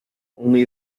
only